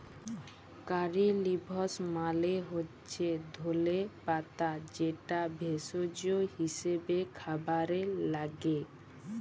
কারী leaves মালে হচ্যে ধলে পাতা যেটা ভেষজ হিসেবে খাবারে লাগ্যে